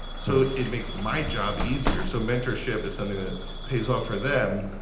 so it makes my job easier. so mentorship is something that pays off for them,